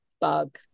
Bug